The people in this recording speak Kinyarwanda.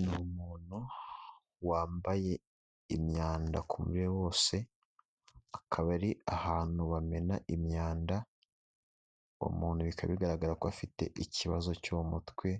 Ni umuntu wambaye imyanda ku mubiri we wose, akaba ari ahantu bamena imyanda, uwo muntu bikaba bigaragara ko afite ikibazo cyo mu mutwe,